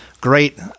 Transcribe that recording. great –